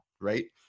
right